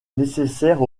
nécessaires